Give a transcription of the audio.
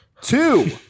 two